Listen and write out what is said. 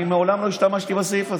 אני מעולם לא השתמשתי בסעיף הזה.